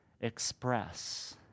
express